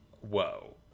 Whoa